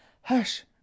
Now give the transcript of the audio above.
Hush